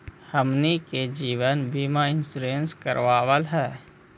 हमनहि के जिवन बिमा इंश्योरेंस करावल है?